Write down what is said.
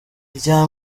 irya